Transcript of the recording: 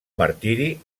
martiri